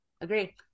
Agree